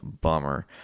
bummer